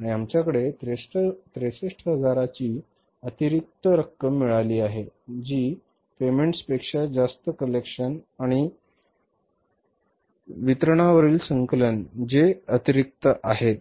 आणि आमच्याकडे 63000 ची अतिरिक्त रक्कम मिळाली आहे जी पेमेंट्सपेक्षा जास्त कलेक्शन आणि वितरणावरील संकलन जे अतिरिक्त आहे